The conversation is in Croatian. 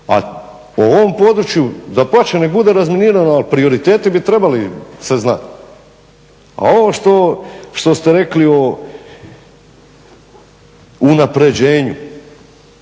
A o ovom području dapače, neka bude razminirano ali prioriteti bi trebali se znati. A ovo što ste rekli o unapređenju.